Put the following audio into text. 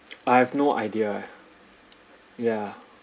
I have no idea ya